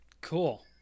cool